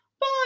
bye